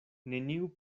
neniu